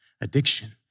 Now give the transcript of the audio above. addiction